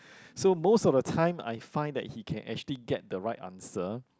so most of the time I find that he can actually get the right answer